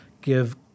give